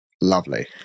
lovely